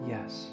Yes